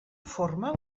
forma